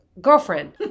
girlfriend